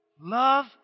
Love